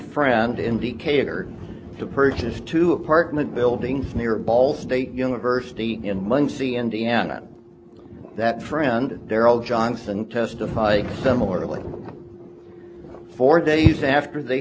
friend in decatur to purchase two apartment buildings near ball's state university in muncie indiana that friend darryl johnson testify similarly for days after the